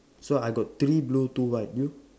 so I got three blue two white you